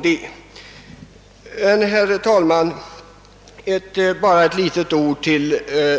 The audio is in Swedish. Slutligen, her talman, endast några få ord till